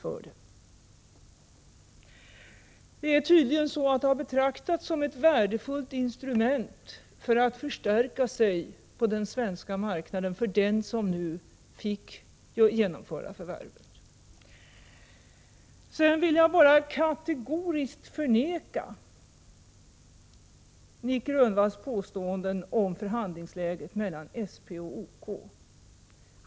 Det är tydligen så att den som fick genomföra förvärvet har betraktat det som ett värdefullt instrument för att kunna stärka sin ställning på den svenska marknaden. Sedan vill jag bara kategoriskt förneka Nic Grönvalls påståenden om förhandlingsläget mellan SP och OK.